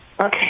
Okay